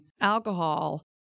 alcohol